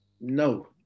No